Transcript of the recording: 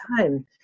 time